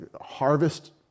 harvest